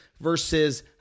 versus